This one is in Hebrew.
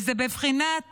וזה בבחינת